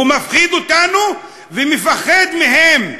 הוא מפחיד אותנו ומפחד מהם.